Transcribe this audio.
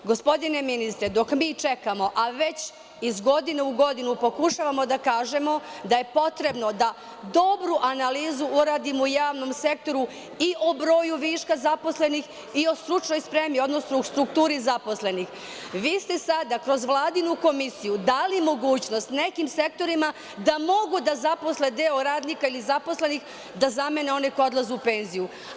Gospodine ministre, dok mi čekamo, a već iz godine u godinu pokušavamo da kažemo da je potrebno da dobru analizu uradimo u javnom sektoru i o broju viška zaposlenih i o stručnoj spremi, odnosno u strukturi zaposlenih, vi ste sada kroz Vladinu komisiju dali mogućnost nekim sektorima da mogu da zaposle deo radnika ili zaposlenih da zamene, one koji odlaze u penziju.